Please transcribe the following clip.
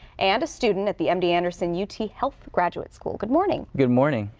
and a student at the m d. anderson u t. health graduate school. good morning. good morning.